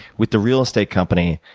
with the real estate company,